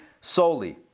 solely